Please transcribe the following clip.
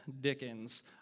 Dickens